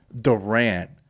Durant